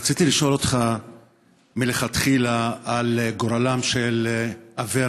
רציתי לשאול אותך מלכתחילה על גורלם של אברה